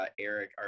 Eric